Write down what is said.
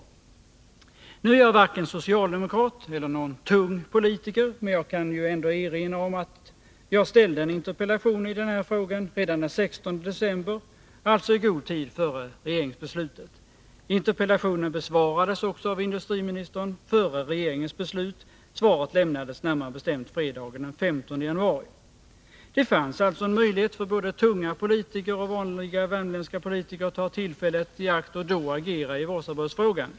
Nu är jag varken socialdemokrat eller någon tung politiker, men jag kan ändå erinra om att jag framställde en interpellation i den här frågan redan den 16 december — alltså i god tid före regeringsbeslutet. Interpellationen besvarades också av industriministern före regeringens beslut. Svaret lämnades närmare bestämt fredagen den 15 januari. Det fanns alltså en möjlighet för både tunga politiker och vanliga värmländska politiker att ta 175 tillfället i akt och då agera i Wasabrödsfrågan.